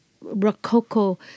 Rococo